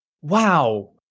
wow